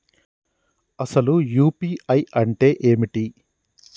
అసలు యూ.పీ.ఐ అంటే ఏమిటి?